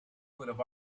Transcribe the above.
would